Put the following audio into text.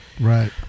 right